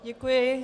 Děkuji.